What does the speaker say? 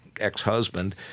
ex-husband